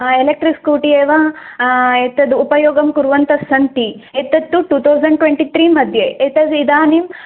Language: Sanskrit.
एलेक्ट्रिक् स्कूटि एव एतद् उपयोगं कुर्वन्तस्सन्ति एतत्तु टुतौसण्ड् ट्वेन्टि त्रिमध्ये एतद् इदानीम्